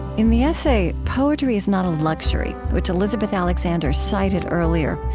in the essay, poetry is not a luxury, which elizabeth alexander cited earlier,